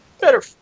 better